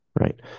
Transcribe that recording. Right